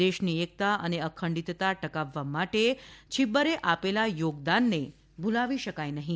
દેશની એક્તા અને અંખડીતતા ટકાવવા માટે છીબ્બરે આપેલા યોગદાનને ભૂલાવી શકાય નહીં